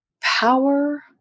power